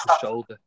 shoulder